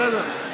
בסדר.